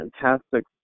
fantastic